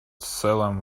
salem